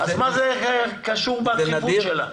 אז מה זה קשור לדחיפות שלה?